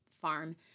farm